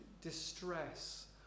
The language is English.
distress